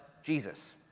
Jesus